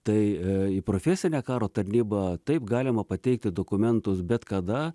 tai į profesinę karo tarnybą taip galima pateikti dokumentus bet kada